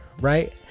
right